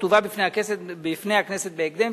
תובא בפני הכנסת בהקדם,